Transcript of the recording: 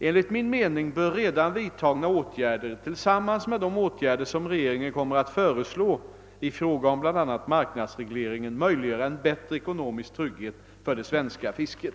Enligt min mening bör redan vidtagna åtgärder tillsammans med de åtgärder som regeringen kommer att föreslå i fråga om bl.a. marknadsregleringen möjliggöra en bättre ekonomisk trygghet för det svenska fisket.